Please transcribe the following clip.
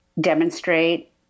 demonstrate